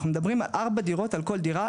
אנחנו מדברים על ארבע דירות על כל דירה,